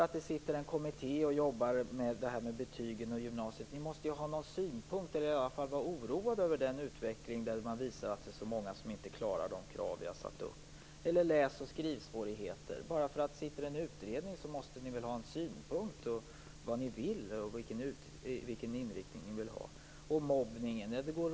Även om en kommitté arbetar med betygen och gymnasiet måste ni väl ha några synpunkter, eller i alla fall vara oroade över den utveckling som visar att så många inte klarar kraven som vi har satt upp? Även om det finns en utredning om läs och skrivsvårigheter måste ni väl ha en åsikt om vad ni vill och vilken inriktning ni vill ha? Mobbningen är en annan fråga.